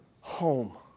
home